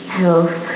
health